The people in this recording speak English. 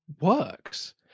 works